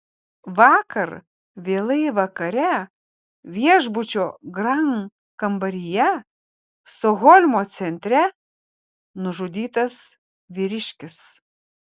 vakar vėlai vakare viešbučio grand kambaryje stokholmo centre nužudytas vyriškis